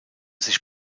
sich